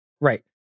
Right